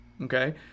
Okay